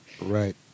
Right